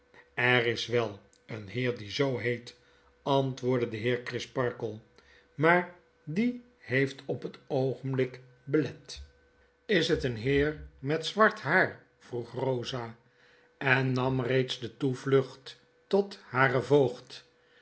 er is wel een heer die zoo heet antwoordde de heer crisparkle maar die heeft op dit oogenblik belet wfwfv het geheim van edwin drood is het een heer met zwart haar vroeg rosa en nam reeds de toevlucht tot haren voogd